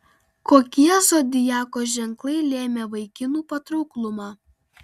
kokie zodiako ženklai lėmė vaikinų patrauklumą